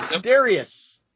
Darius